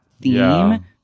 theme